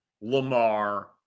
Lamar